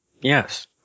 yes